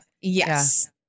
Yes